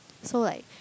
so like